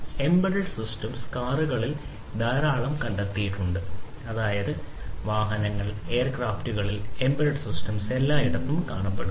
ഉഎംബെഡെഡ് systems കാറുകളിൽ ധാരാളം കണ്ടെത്തിയിട്ടുണ്ട് അതായത് വാഹനങ്ങൾ എയർക്രാഫ്റ്റുകളിൽ എംബെഡെഡ് സിസ്റ്റംസ് എല്ലായിടത്തും കാണപ്പെടുന്നു